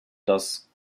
das